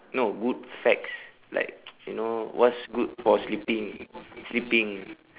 no good facts like you know what's good for sleeping sleeping